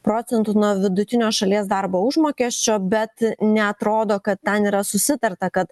procentų nuo vidutinio šalies darbo užmokesčio bet neatrodo kad ten yra susitarta kad